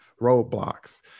roadblocks